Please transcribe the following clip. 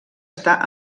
està